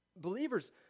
believers